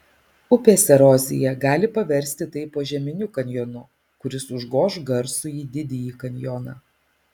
upės erozija gali paversti tai požeminiu kanjonu kuris užgoš garsųjį didįjį kanjoną